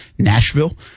Nashville